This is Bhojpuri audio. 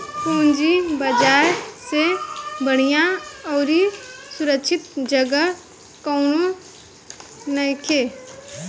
पूंजी बाजार से बढ़िया अउरी सुरक्षित जगह कौनो नइखे